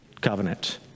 covenant